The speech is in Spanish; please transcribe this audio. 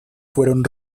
fueron